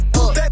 up